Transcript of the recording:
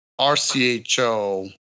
RCHO